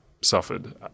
suffered